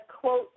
quote